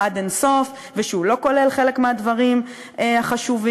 עד אין-סוף והוא לא כולל חלק מהדברים החשובים,